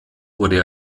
wurde